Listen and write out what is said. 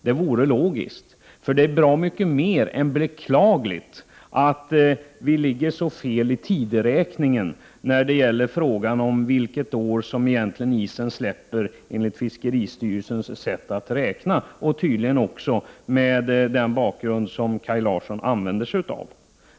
Det vore logiskt, för det är bra mycket mer än beklagligt att vi ligger så fel i tid när det gäller vilket år isen släpper enligt fiskeristyrelsens sätt att räkna och tydligen också med den bakgrund som Kaj Larsson använde sig av.